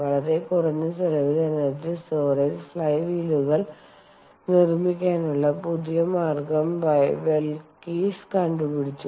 വളരെ കുറഞ്ഞ ചെലവിൽ എനർജി സ്റ്റോറേജ് ഫ്ളൈ വീലുകൾ നിർമ്മിക്കാനുള്ള പുതിയ മാർഗം വെൽകെസ് കണ്ടുപിടിച്ചു